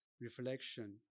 reflection